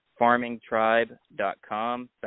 farmingtribe.com